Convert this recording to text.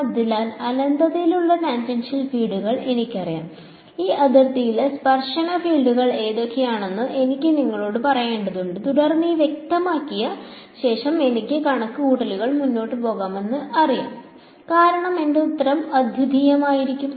അതിനാൽ അനന്തതയിലുള്ള ടാൻജെൻഷ്യൽ ഫീൽഡുകൾ എനിക്കറിയാം ഈ അതിർത്തിയിലെ സ്പർശന ഫീൽഡുകൾ ഏതൊക്കെയാണെന്ന് എനിക്ക് നിങ്ങളോട് പറയേണ്ടതുണ്ട് തുടർന്ന് ഇവ വ്യക്തമാക്കിയ ശേഷം എനിക്ക് എന്റെ കണക്കുകൂട്ടലുമായി മുന്നോട്ട് പോകാമെന്ന് എനിക്കറിയാം കാരണം എന്റെ ഉത്തരം അദ്വിതീയമായിരിക്കും